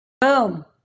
Boom